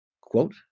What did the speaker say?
Quote